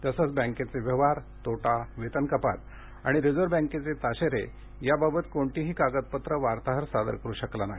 तसंच बँकेचे व्यवहार तोटा वेतन कपात आणि रिझर्व बॅंकेचे ताशेरे याबाबत कोणतीही कागदपत्रं वार्ताहर सादर करू शकला नाही